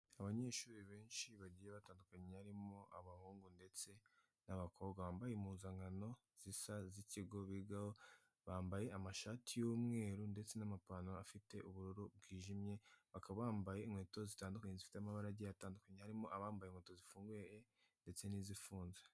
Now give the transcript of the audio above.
Abanyeshuri benshi bagiye batandukanye harimo abahungu ndetse n'abakobwa, bambaye impuzankan zisa z'ikigo bigaho, bambaye amashati y'umweru ndetse n'amapantaro afite ubururu bwijimye, bakaba bambaye inkweto zitandukanye zifite amabara agiye atandukanye, harimo abambaye inkweto zifunguye ndetse n'izifunze.